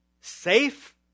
safe